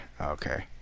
Okay